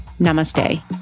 Namaste